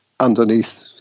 underneath